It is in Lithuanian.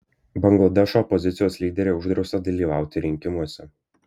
bangladešo opozicijos lyderei uždrausta dalyvauti rinkimuose